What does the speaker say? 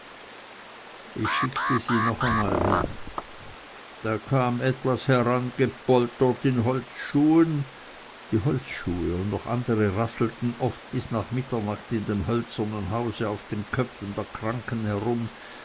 ich schickte sie noch einmal hin da kam etwas herangepoltert in holzschuhen die holzschuhe und noch andere rasselten oft bis nach mitternacht in dem hölzernen hause auf den köpfen der kranken herum